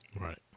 Right